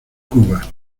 cuba